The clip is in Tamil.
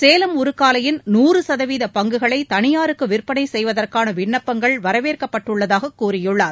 சேலம் உருக்காலையின் நூறு சதவீதப் பங்குகளை தனியாருக்கு விற்பளை செய்வதற்கான விண்ணப்பங்கள் வரவேற்கப்பட்டுள்ளதாகக் கூறியுள்ளார்